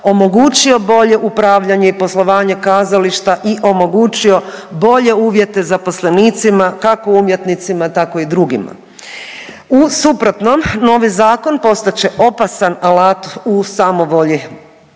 omogućio bolje upravljanje i poslovanje kazališta i omogućio bolje uvjete zaposlenicima kako umjetnicima tako i drugima. U suprotnom novi zakon postat će opasan alat u samovolji